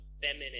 feminine